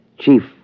Chief